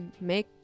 make